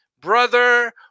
brother